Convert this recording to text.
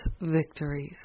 victories